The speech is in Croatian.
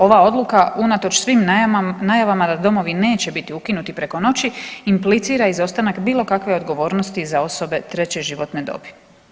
Ova odluka unatoč svim najavama da domovi neće biti ukinuti preko noći implicira izostanak bilo kakve odgovornosti za osobe 3 životne dobi.